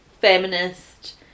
feminist